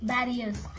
Barriers